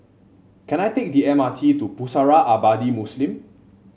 can I take the M R T to Pusara Abadi Muslim